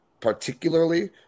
particularly